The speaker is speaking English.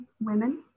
women